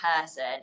person